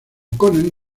conan